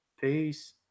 Peace